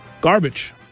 Garbage